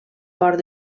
port